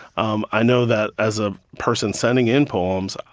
um i know that as a person sending in poems,